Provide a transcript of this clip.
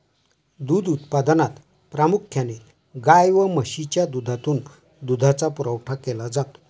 दूध उत्पादनात प्रामुख्याने गाय व म्हशीच्या दुधातून दुधाचा पुरवठा केला जातो